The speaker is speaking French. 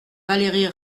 valérie